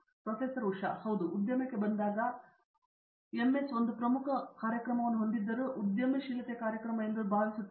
professor Usha Mohan ಹೌದು ಉದ್ಯಮಕ್ಕೆ ಬಂದಾಗ MS ಒಂದು ಪ್ರಮುಖ ಕಾರ್ಯಕ್ರಮವನ್ನು ಹೊಂದಿದ್ದರೂ ಇದು ಉದ್ಯಮಶೀಲತೆ ಕಾರ್ಯಕ್ರಮ ನಾನು ಭಾವಿಸುತ್ತೇನೆ